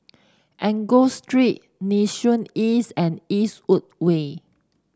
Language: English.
Angus Street Nee Soon East and Eastwood Way